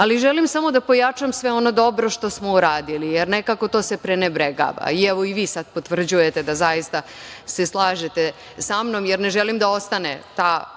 ali želim samo da pojačam sve ono dobro što smo uradili, jer nekako to se prenebregava. Evo i vi sada potvrđujete da se zaista slažete sa mnom, jer ne želim da ostane ta